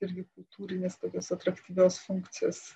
irgi kultūrinės tokios atraktyvios funkcijos